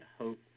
hope